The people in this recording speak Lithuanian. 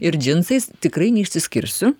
ir džinsais tikrai neišskirsiu